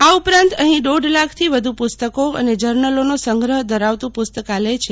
આ ઉપરાંત અહીં દોઢ લાખથી વધુ પુસ્તકો અને જર્નલોનો સંગ્રહ ધરાવતું પુસ્તકાલય છે